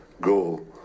goal